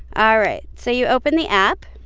all right. so you open the app,